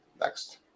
next